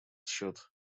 счет